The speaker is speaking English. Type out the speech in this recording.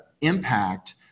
impact